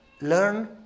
Learn